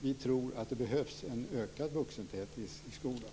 Vi tror att det behövs en ökad vuxentäthet i skolan.